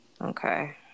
Okay